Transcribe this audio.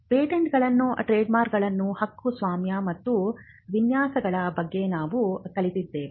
ಪೇಟೆಂಟ್ಗಳು ಟ್ರೇಡ್ಮಾರ್ಕ್ಗಳು ಹಕ್ಕುಸ್ವಾಮ್ಯ ಮತ್ತು ವಿನ್ಯಾಸಗಳ ಬಗ್ಗೆ ನಾವು ಕಲಿತಿದ್ದೇವೆ